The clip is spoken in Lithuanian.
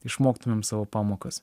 išmoktumėm savo pamokas